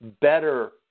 better